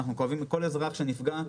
אנחנו כואבים כל אזרח שנפגע,